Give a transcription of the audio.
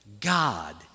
God